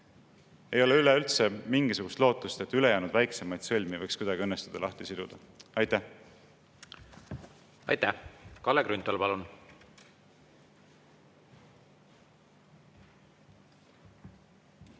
ei ole üleüldse mingisugust lootust, et ülejäänud väiksemaid sõlmi võiks kuidagi õnnestuda lahti siduda. Aitäh! Ma ei mäleta neid